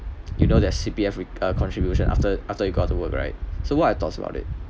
you know that C_P_F uh contribution after after you got to work right so what are your thoughts about it